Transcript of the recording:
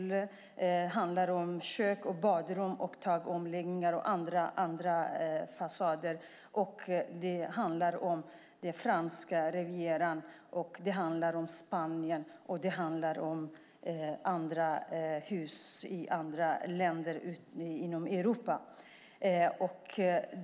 Det handlar om inomhuspooler, kök, badrum, takomläggningar och fasadarbeten på Franska rivieran, i Spanien och i andra länder inom Europa.